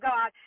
God